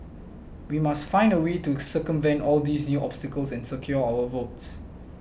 we must find a way to circumvent all these new obstacles and secure our votes